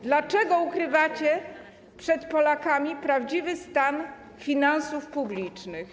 Dlaczego ukrywacie przed Polakami prawdziwy stan finansów publicznych?